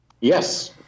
Yes